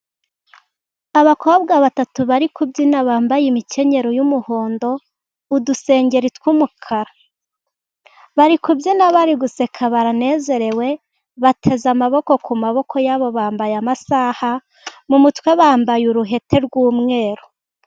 Abakobwa batatu bari kubyina bambaye imikenyero y'umuhondo, udusengeri tw'umukara barikubyina, bari guseka baranezerewe bateze amaboko ku maboko yabo bambaye amasaha, mu mutwe bambaye uruhete rw'umweru.